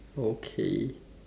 okay